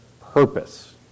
purpose